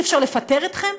אי-אפשר לפטר אתכם,